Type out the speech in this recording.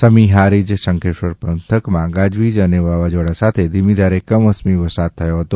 સમી હારીજ શંખેશ્વર પંથકમાં ગાજવીજ અને વાવાઝોડા સાથે ધીમીધારે કમોસમી વરસાદ થયો ફતો